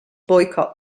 boycott